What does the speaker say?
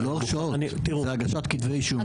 זה לא הרשעות זה הגשת כתבי אישום.